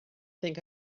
think